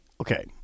okay